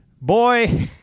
Boy